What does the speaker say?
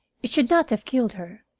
it should not have killed her,